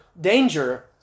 danger